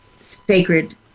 sacred